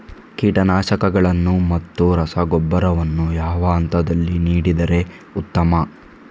ಕೀಟನಾಶಕಗಳನ್ನು ಮತ್ತು ರಸಗೊಬ್ಬರವನ್ನು ಯಾವ ಹಂತದಲ್ಲಿ ನೀಡಿದರೆ ಉತ್ತಮ?